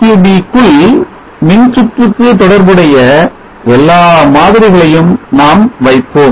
sub க்குள் மின் சுற்றுக்கு தொடர்புடைய எல்லாம் மாதிரிகளையும் நாம் வைப்போம்